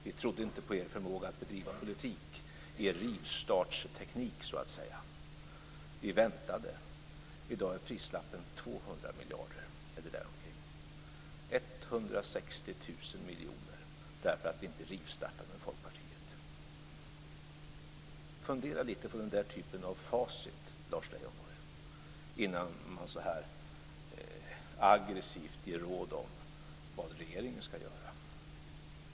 Vi trodde inte på er förmåga att bedriva politik, er rivstartsteknik, så att säga. Vi väntade. I dag är prislappen 200 miljarder eller däromkring. Det är 160 000 miljoner därför att vi inte rivstartade med Folkpartiet. Lars Leijonborg borde fundera lite på den typen av facit innan han så aggressivt ger råd om vad regeringen skall göra.